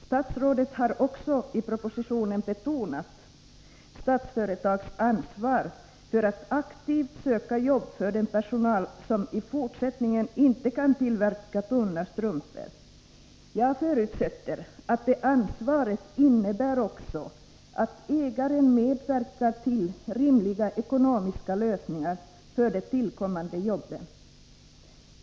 Statsrådet har i propositionen betonat Statsföretags ansvar för att aktivt söka jobb för den personal som i fortsättningen inte kan tillverka tunna strumpor. Jag förutsätter att det ansvaret också innebär att ägaren medverkar till rimliga ekonomiska lösningar för de tillkommande jobben.